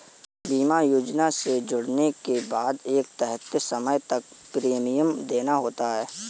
बीमा योजना से जुड़ने के बाद एक तय समय तक प्रीमियम देना होता है